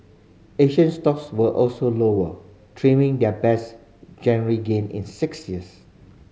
asian stocks were also lower trimming their best January gain in six years